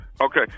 Okay